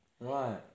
Right